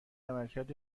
عملکرد